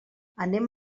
anem